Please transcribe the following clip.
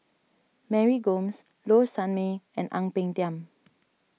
Mary Gomes Low Sanmay and Ang Peng Tiam